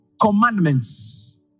commandments